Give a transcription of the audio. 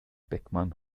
beckmann